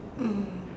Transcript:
mm